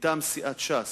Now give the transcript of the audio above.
מטעם סיעת ש"ס,